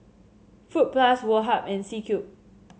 Fruit Plus Woh Hup and C Cube